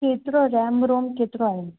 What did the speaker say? केतिरो RAM ROM केतिरो आहे